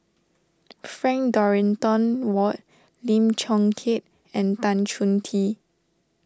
Frank Dorrington Ward Lim Chong Keat and Tan Chong Tee